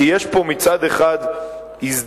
כי יש פה מצד אחד הזדמנות,